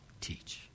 teach